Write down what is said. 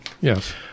Yes